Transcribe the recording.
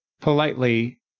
politely